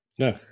No